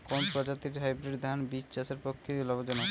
কোন প্রজাতীর হাইব্রিড ধান বীজ চাষের পক্ষে লাভজনক?